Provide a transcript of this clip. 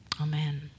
Amen